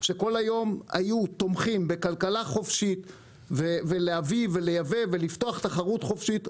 שכל היום היו תומכים בכלכלה חופשית ולהביא ולייבא ולפתוח תחרות חופשית,